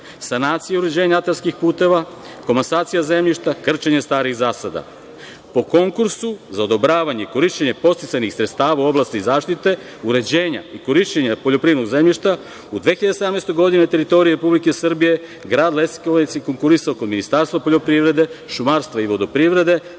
sanaciju i uređenje atarskih puteva, komasacija zemljišta, krčenje starih zasada. Po konkursu za odobravanje i korišćenje podsticajnih sredstava u oblasti zaštite, uređenja i korišćenja poljoprivrednog zemljišta u 2017. godini na teritoriji Republike Srbije grad Leskovac je konkurisao kod Ministarstva poljoprivrede, šumarstva i vodoprivrede